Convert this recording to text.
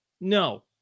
No